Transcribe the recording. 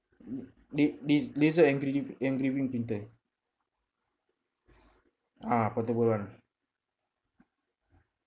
mm la~ la~ laser engrav~ engraving printer ah portable one